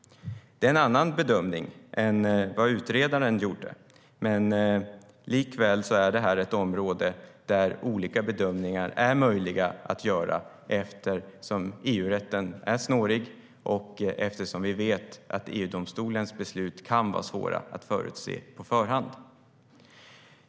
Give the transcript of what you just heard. Det är en annan bedömning än den som utredaren gjorde, men det här är ett område där olika bedömningar är möjliga att göra eftersom EU-rätten är snårig och eftersom vi vet att EU-domstolens beslut kan vara svåra att förutse.